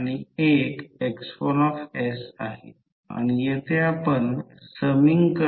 सर्व मूल्य येथे भरा µ0 4 pi 10 7 आहे सर्व मूल्य भरा आणि RC 2 LC Aµ0 मिळेल जे 2 मिलीमीटर असेल